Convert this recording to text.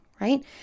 right